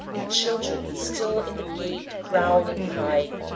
and children still in the gate crowd and cry,